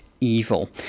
evil